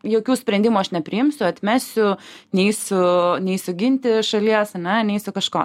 jokių sprendimų aš nepriimsiu atmesiu neisiu neisiu ginti šalies ane neisiu kažko